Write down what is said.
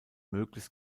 möglichst